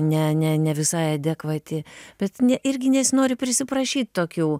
ne ne nevisai adekvati bet ne irgi nesinori prisiprašyt tokių